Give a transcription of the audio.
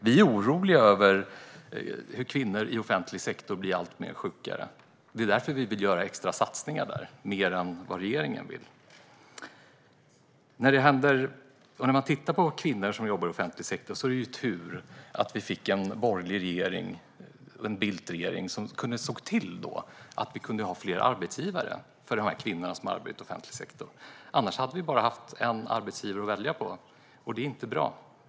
Vi är oroliga över hur kvinnor i offentlig sektor blir alltmer sjuka. Det är därför vi vill göra extra satsningar; vi vill satsa mer än vad regeringen vill. När det gäller kvinnor som jobbar i offentlig sektor är det tur att vi fick en borgerlig regering, en Bildtregering, som såg till att vi kunde ha fler arbetsgivare för de här kvinnorna som arbetar i offentlig sektor. Annars hade man bara haft en arbetsgivare att välja på, och det är inte bra.